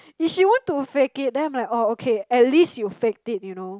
if she want to fake it then I'm like oh okay at least you faked it you know